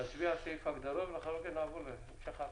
נצביע על סעיף ההגדרות ולאחר מכן נעבור להמשך ההקראה.